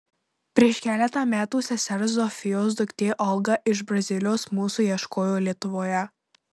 prieš keletą metų sesers zofijos duktė olga iš brazilijos mūsų ieškojo lietuvoje